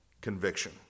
conviction